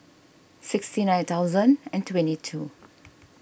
sixty nine thousand and twenty two